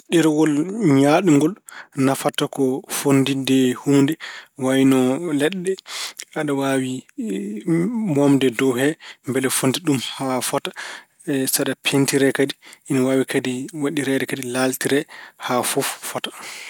Ɗerewol ñaaɗngol nafata ko fotndite huunde wayno leɗɗe. Aɗa waawi moomde e dow he mbele fotnditde haa fota. Saɗa- peentire kadi ina waawi kadi waɗireede kadi laaltire haa fof fota.